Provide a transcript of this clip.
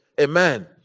Amen